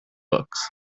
books